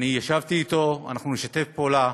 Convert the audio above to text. ישבתי איתו, נשתף פעולה